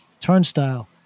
Turnstile